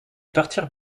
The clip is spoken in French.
partir